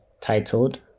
titled